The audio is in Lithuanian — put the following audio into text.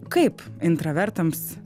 kaip intravertams